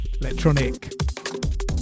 Electronic